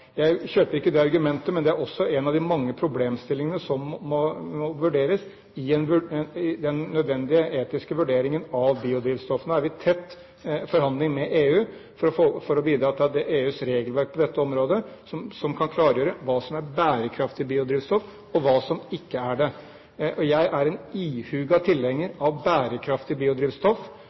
Jeg kjøper ikke det argumentet, men det er også en av de mange problemstillingene i den nødvendige etiske vurderingen av biodrivstoff. Nå er vi i tett forhandling med EU for å bidra til at EUs regelverk på dette området kan klargjøre hva som er bærekraftig biodrivstoff, og hva som ikke er det. Jeg er en ihuga tilhenger av bærekraftig biodrivstoff,